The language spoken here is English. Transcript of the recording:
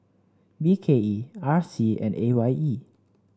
B K E R C and A Y E